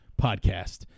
podcast